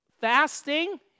Fasting